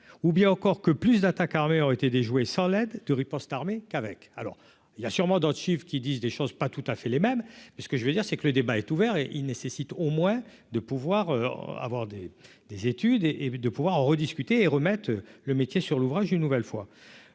ou bien encore que plus d'attaques armées aurait été déjoué, sans l'aide de riposte armée qu'avec alors il y a sûrement d'un chiffre qui disent des choses, pas tout à fait les mêmes parce que je veux dire c'est que le débat est ouvert et il nécessite au moins de pouvoir avoir des des études et et de pouvoir en rediscuter et remettre le métier sur l'ouvrage, une nouvelle fois,